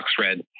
red